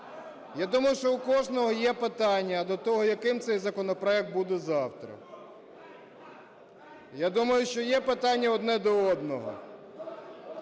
Я думаю, що у кожного є питання до того, яким цей законопроект буде завтра. Я думаю, що є питання одне до одного.